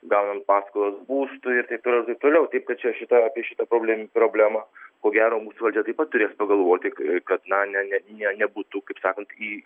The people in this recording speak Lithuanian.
gaunant paskolas būstui ir taip toliau ir taip toliau taip kad čia šita šita problem problema ko gero mūsų valdžia taip pat turės pagalvoti kad na ne ne ne nebūtų kaip sakant į